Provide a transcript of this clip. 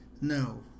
No